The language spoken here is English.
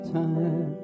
time